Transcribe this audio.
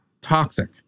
toxic